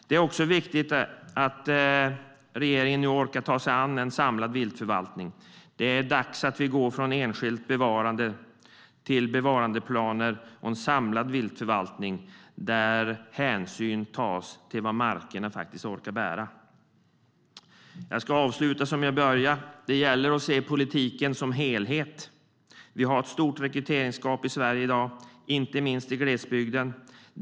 Det är också viktigt att regeringen nu orkar ta sig an en samlad viltförvaltning. Det är dags att vi går från enskilt bevarande till bevarandeplaner och en samlad viltförvaltning där hänsyn tas till vad markerna faktiskt orkar bära. Jag ska avsluta som jag började. Det gäller att se politiken som en helhet. Vi har ett stort rekryteringsgap i Sverige i dag, inte minst i glesbygden.